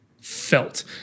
felt